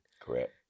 Correct